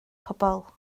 pobl